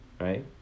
right